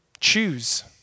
Choose